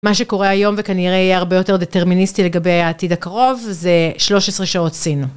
מה שקורה היום וכנראה יהיה הרבה יותר דטרמיניסטי לגבי העתיד הקרוב זה 13 שעות סין.